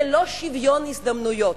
זה לא שוויון הזדמנויות,